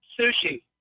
sushi